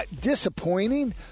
Disappointing